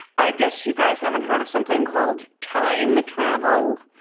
i guess you guys haven't heard of something called time travel?